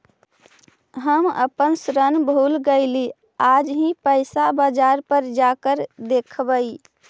हम अपन ऋण भूल गईली आज ही पैसा बाजार पर जाकर देखवई